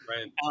Right